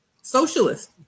socialist